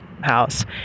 house